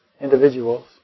individuals